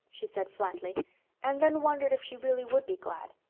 she said flatly and then wondered if she really would be glad.